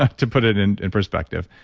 to put it in in perspective.